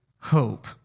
hope